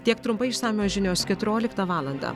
tiek trumpai išsamios žinios keturioliktą valandą